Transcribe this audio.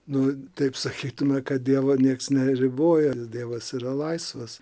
nu taip sakytume kad dievo nieks neriboja dievas yra laisvas